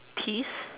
peeves